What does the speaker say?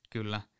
Kyllä